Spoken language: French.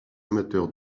amateur